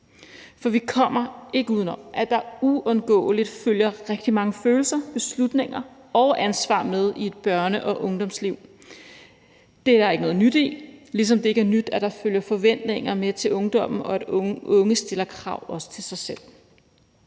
For vi kommer ikke uden om, at der uundgåeligt følger rigtig mange følelser, beslutninger og ansvar med i et børne- og ungdomsliv. Det er der ikke noget nyt i, ligesom det ikke er nyt, at der følger forventninger til ungdommen med, og at unge stiller krav, også til sig selv.